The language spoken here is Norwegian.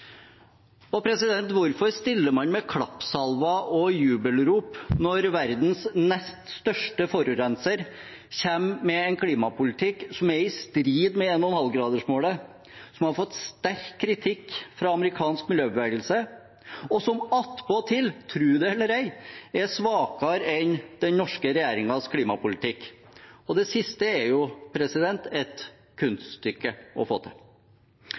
Hvorfor stiller man med klappsalver og jubelrop når verdens nest største forurenser kommer med en klimapolitikk som er i strid med 1,5-gradersmålet, som har fått sterk kritikk fra amerikansk miljøbevegelse, og som attpåtil – tro det eller ei – er svakere enn den norske regjeringens klimapolitikk? Og det siste er jo et kunststykke å få til.